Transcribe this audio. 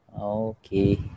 okay